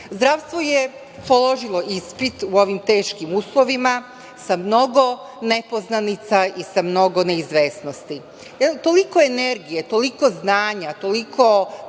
jasno. Zdravstvo je položilo ispit u ovim teškim uslovima sa mnogo nepoznanica i sa mnogo neizvesnosti, jer toliko energije, toliko znanja, toliko